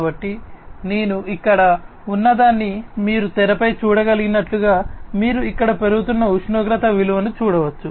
కాబట్టి నేను ఇక్కడ ఉన్నదాన్ని మీరు తెరపై చూడగలిగినట్లుగా మీరు ఇక్కడ పెరుగుతున్న ఉష్ణోగ్రత విలువను చూడవచ్చు